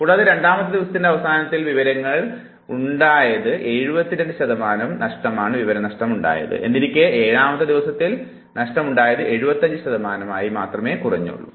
കൂടാതെ രണ്ടാമത്തെ ദിവസത്തിന്റെ അവസാനത്തിൽ വിവരത്തിൽ ഉണ്ടായത് 72 ശമാനം എന്നിരിക്കെ ഏഴാമത്തെ ദിവസത്തിൽ വിവരങ്ങളിൽ ഉണ്ടായ നഷ്ടം വെറും 75 ശതമാനമായി മാത്രമേ കുറഞ്ഞിട്ടുള്ളൂ